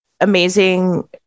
amazing